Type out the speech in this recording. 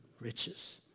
riches